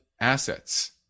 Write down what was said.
assets